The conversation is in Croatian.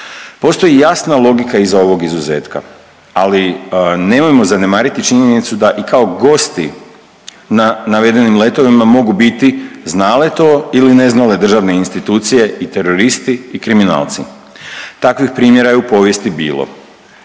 Postoji jasna logika iza ovog izuzetka, ali nemojmo zanemariti činjenicu i da kao gosti na navedenim letovima mogu biti, znale to ili ne znale državne institucije i teroristi i kriminalci. Takvih primjera je u povijesti bilo.